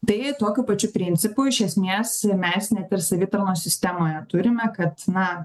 tai tokiu pačiu principu iš esmės mes net ir savitarnos sistemoje turime kad na